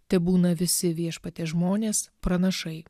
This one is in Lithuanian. tebūna visi viešpaties žmonės pranašai